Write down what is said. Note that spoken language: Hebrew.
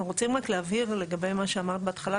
אנחנו רוצים רק להבהיר לגבי מה שאמרת בהתחלה,